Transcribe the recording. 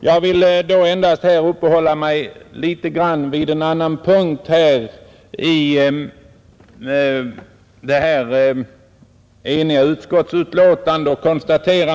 Nu vill jag endast uppehålla mig litet vid en annan punkt i detta eniga utskottsbetänkande.